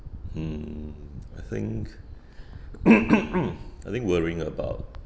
mm I think I think worrying about